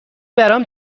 برام